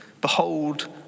Behold